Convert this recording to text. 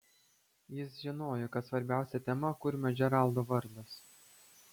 jis žinojo kad svarbiausia tema kurmio džeraldo vardas